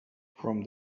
from